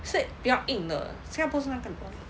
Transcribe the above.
是比较硬的新加坡是那个软